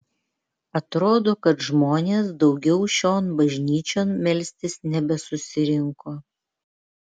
atrodo kad žmonės daugiau šion bažnyčion melstis nebesusirinko